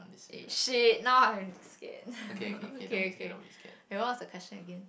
eh shit now I'm scared okay okay it was the question again